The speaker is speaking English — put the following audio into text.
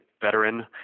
veteran